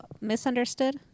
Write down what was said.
misunderstood